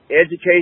Education